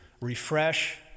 refresh